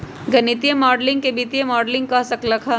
गणितीय माडलिंग के वित्तीय मॉडलिंग कह सक ल ह